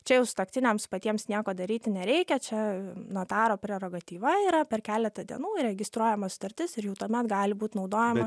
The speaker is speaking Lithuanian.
čia jau sutuoktiniams patiems nieko daryti nereikia čia notaro prerogatyva yra per keletą dienų įregistruojama sutartis ir jau tuomet gali būt naudojama